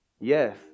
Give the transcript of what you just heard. Yes